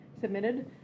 submitted